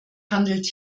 handelt